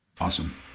Awesome